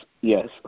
Yes